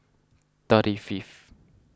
thirty fiveth